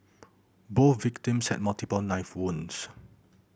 both victims had multiple knife wounds